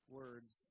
words